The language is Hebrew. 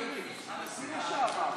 הנשיא לשעבר.